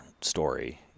story